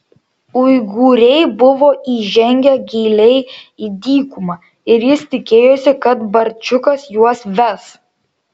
uigūrai buvo įžengę giliai į dykumą ir jis tikėjosi kad barčiukas juos ves